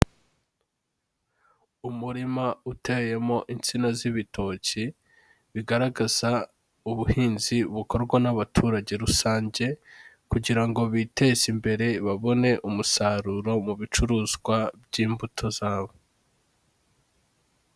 Umurima uteyemo insina z'ibitoki, bigaragaza ubuhinzi bukorwa n'abaturage rusange kugira ngo biteze imbere babone umusaruro mu bicuruzwa by'imbuto zabo.